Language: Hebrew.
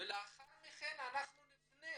ולאחר מכן נפנה